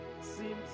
seems